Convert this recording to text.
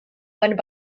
funded